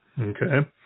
okay